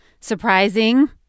Surprising